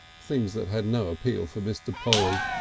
things that had no appeal for mr. polly.